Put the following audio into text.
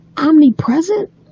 Omnipresent